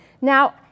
Now